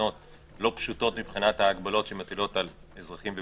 תקנות לא פשוטות מבחינת ההגבלות שמטילות על אזרחים וגופים,